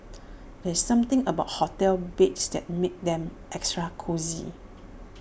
there's something about hotel beds that makes them extra cosy